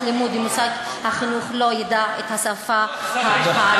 לימוד של משרד החינוך לא ידע את השפה הערבית.